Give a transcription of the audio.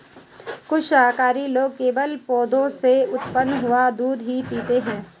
कुछ शाकाहारी लोग केवल पौधों से उत्पन्न हुआ दूध ही पीते हैं